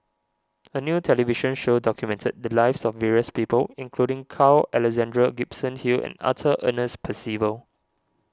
a new television show documented the lives of various people including Carl Alexander Gibson Hill and Arthur Ernest Percival